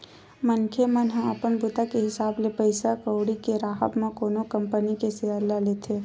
मनखे मन ह अपन बूता के हिसाब ले पइसा कउड़ी के राहब म कोनो कंपनी के सेयर ल लेथे